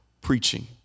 preaching